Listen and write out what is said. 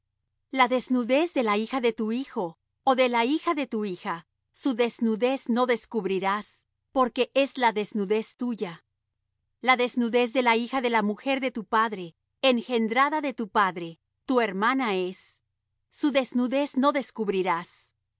la desnudez de la hija de tu hijo ó de la hija de tu hija su desnudez no descubirás porque es la desnudez tuya la desnudez de la hija de la mujer de tu padre engendrada de tu padre tu hermana es su desnudez no descubrirás